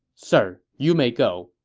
sir, you may go.